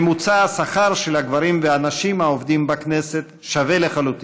ממוצע השכר של הגברים והנשים העובדים בכנסת שווה לחלוטין.